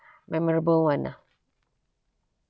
memorable [one] lah